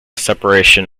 separation